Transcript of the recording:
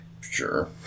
Sure